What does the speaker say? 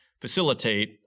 facilitate